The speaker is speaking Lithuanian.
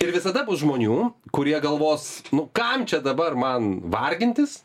ir visada bus žmonių kurie galvos kam čia dabar man vargintis